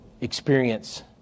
experience